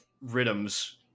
rhythms